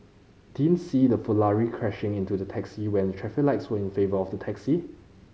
didn't see the Ferrari crashing into the taxi when the traffic lights were in favour of the taxi